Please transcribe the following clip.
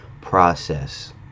process